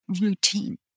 routine